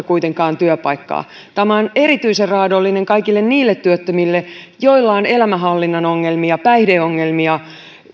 kuitenkaan työpaikkaa tämä on erityisen raadollinen kaikille niille työttömille joilla on elämänhallinnan ongelmia päihdeongelmia